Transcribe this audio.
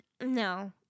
No